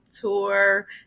tour